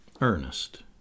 Ernest